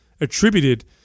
attributed